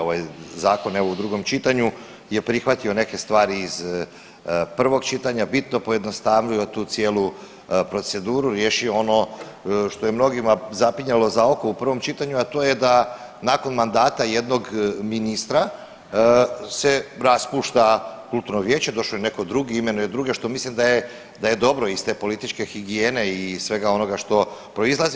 Ovaj zakon evo u drugom čitanju je prihvatio neke stvari iz prvog čitanja, bitno pojednostavnio tu cijelu proceduru, riješio ono što je mnogima zapinjalo za oko u prvom čitanju, a to je da nakon mandata jednog ministra se raspušta kulturno vijeće, došao je netko drugi imenuje druge što mislim da je dobro iz te političke higijene i svega onoga što proizlazi.